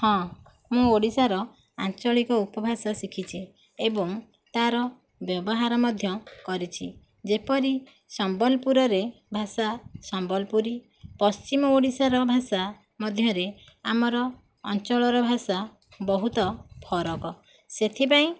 ହଁ ମୁଁ ଓଡ଼ିଶାର ଆଞ୍ଚଳିକ ଉପଭାଷା ଶିଖିଛି ଏବଂ ତାର ବ୍ୟବହାର ମଧ୍ୟ କରିଛି ଯେପରି ସମ୍ବଲପୁରରେ ଭାଷା ସମ୍ବଲପୁରୀ ପଶ୍ଚିମ ଓଡ଼ିଶାର ଭାଷା ମଧ୍ୟରେ ଆମର ଅଞ୍ଚଳର ଭାଷା ବହୁତ ଫରକ ସେଥିପାଇଁ